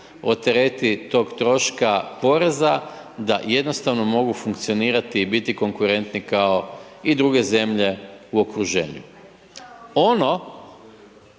otereti tog troška poreza da jednostavno mogu funkcionirati i biti konkurentni kao i druge zemlje u okruženju. Ono